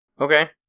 Okay